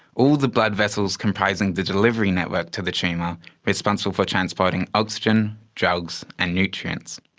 all the blood vessels comprising the delivery network to the tumour responsible for transporting oxygen, drugs and nutrients.